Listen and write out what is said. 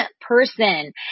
person